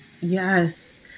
Yes